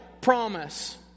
promise